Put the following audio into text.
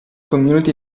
community